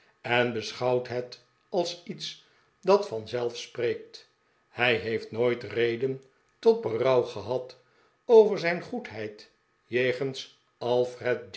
en beschouwt het als iets dat vanzelf spreekt hij heeft nooit reden tot bero'uw gehad over zijn goedheid jegens